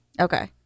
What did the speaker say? okay